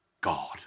God